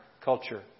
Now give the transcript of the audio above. culture